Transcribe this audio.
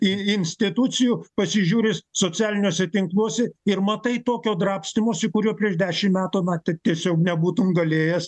į institucijų pasižiūri socialiniuose tinkluose ir matai tokio drabstymosi kurio prieš dešimt metų na taip tiesiog nebūtum galėjęs